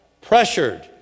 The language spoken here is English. pressured